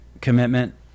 commitment